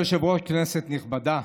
כבוד היושב-ראש, כנסת נכבדה,